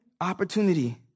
opportunity